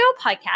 podcast